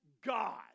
God